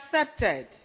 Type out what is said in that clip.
accepted